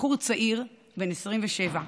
בחור צעיר בן 27,